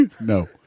No